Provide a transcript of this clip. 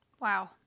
Wow